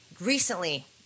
recently